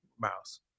mouse